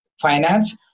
finance